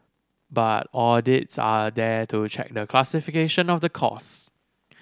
but audits are there to check the classification of the cost